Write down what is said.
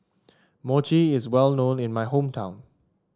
mochi is well known in my hometown